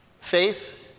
Faith